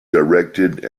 directed